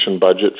budget